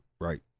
Right